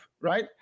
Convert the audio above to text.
right